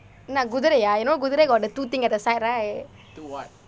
என்ன குதிரையா:enna kuthiraiyaa you know குதிரை:kuthirai got the two thing at the side right